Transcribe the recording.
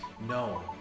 No